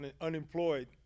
unemployed